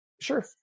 Sure